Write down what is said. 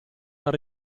per